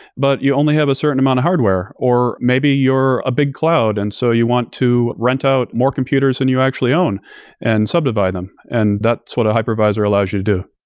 but you only have a certain amount of hardware, or maybe you're a big cloud and so you want to rent out more computers than and you actually own and subdivide them, and that's what a hypervisor allows you to do.